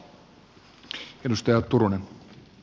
arvoisa puhemies